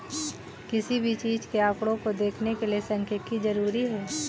किसी भी चीज के आंकडों को देखने के लिये सांख्यिकी जरूरी हैं